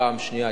פעם שנייה,